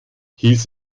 hieß